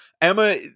Emma